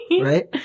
Right